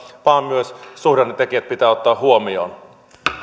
vaan myös suhdannetekijät pitää ottaa huomioon